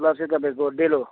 lodge चाहिँ तपाईँको डेलो